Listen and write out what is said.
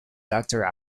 doctor